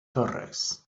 torres